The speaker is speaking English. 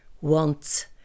wants